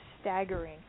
staggering